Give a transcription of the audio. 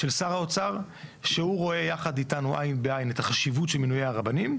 של שר האוצר שהוא רואה יחד איתנו עין בעין את החשיבות של מינויי הרבנים,